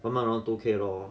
one month around two K lor